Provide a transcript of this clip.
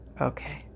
Okay